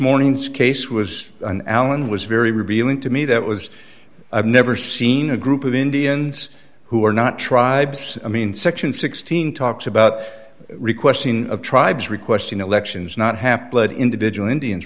morning's case was an alan was very revealing to me that was i've never seen a group of indians who are not tribes i mean section sixteen talks about requesting of tribes requesting elections not half blood individual indians